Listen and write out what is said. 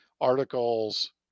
articles